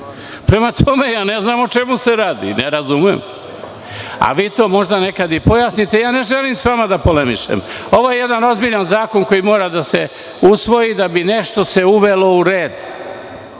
Prema tome, ja ne znam o čemu se radi. Ne razumem. Vi to nekada možda i pojasnite, ja ne želim sa vama da polemišem. Ovo je jedan ozbiljan zakon koji mora da se usvoji da bi se nešto uvelo u red